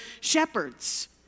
shepherds